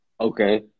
Okay